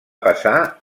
passar